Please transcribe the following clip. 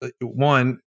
one